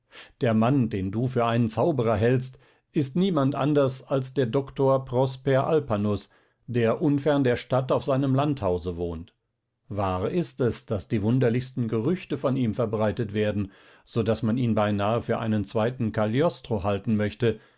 der mann den du für einen zauberer hältst ist niemand anders als der doktor prosper alpanus der unfern der stadt auf seinem landhause wohnt wahr ist es daß die wunderlichsten gerüchte von ihm verbreitet werden so daß man ihn beinahe für einen zweiten cagliostro halten möchte